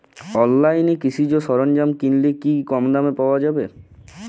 অনলাইনে কৃষিজ সরজ্ঞাম কিনলে কি কমদামে পাওয়া যাবে?